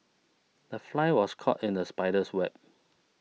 the fly was caught in the spider's web